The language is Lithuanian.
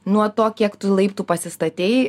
nuo to kiek tų laiptų pasistatei